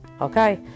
okay